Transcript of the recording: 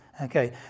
Okay